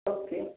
okay